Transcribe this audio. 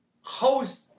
host